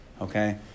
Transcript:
Okay